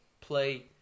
play